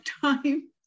time